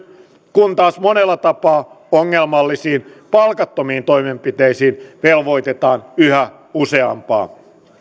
kun taas monella tapaa ongelmallisiin palkattomiin toimenpiteisiin velvoitetaan yhä useampaa